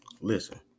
Listen